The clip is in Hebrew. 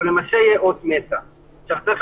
שמי יודע עם מה יקפצו עלינו עוד שבוע או שבועיים,